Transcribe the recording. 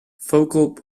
focal